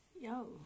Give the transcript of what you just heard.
yo